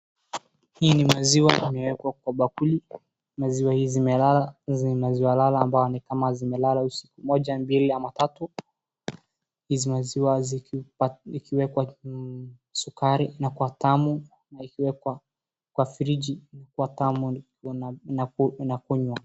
Hii ni maziwa imewekwa kwa bakuli. Maziwa hii ni maziwa lala ambao ni kama zimelala usiku moja, mbili ama tatu. Hizi maziwa ikiwekwa sukari na kuwa tamu na ikiwekwa kwa friji inakua tamu na kunywa.